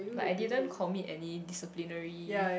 like I didn't commit any disciplinary